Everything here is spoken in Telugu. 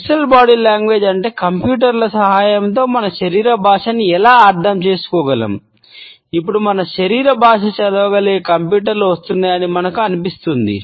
డిజిటల్ వస్తున్నాయని మనకు అనిపిస్తుంది